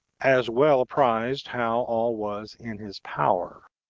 as well apprized how all was in his power.